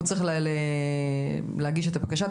הוא צריך להגיש את הבקשה,